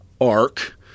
Ark